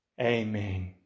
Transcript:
Amen